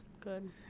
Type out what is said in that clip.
Good